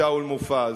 שאול מופז,